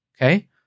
okay